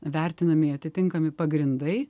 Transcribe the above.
vertinami atitinkami pagrindai